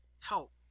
help